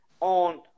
on